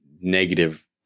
negative